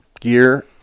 gear